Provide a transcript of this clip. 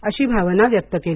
अशी भावना व्यक्त केली